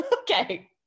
Okay